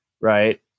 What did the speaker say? right